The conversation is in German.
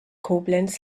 koblenz